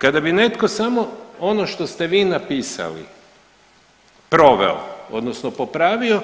Kada bi netko samo ono što ste vi napisali proveo odnosno popravio